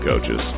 coaches